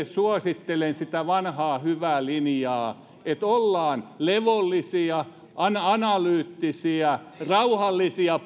suosittelen sitä vanhaa hyvää linjaa että ollaan levollisia analyyttisia rauhallisia